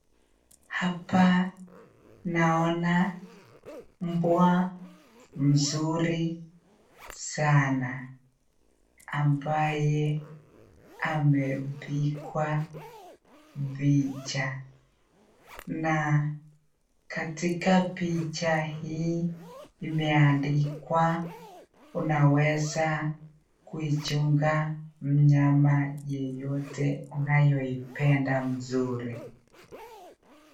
Hapa naona mbwa mzuri sana ambaye amepigwa picha. Na katika picha hii imeandikwa unaweza kuichunga mnyama yeyote unayoimpenda mzuri.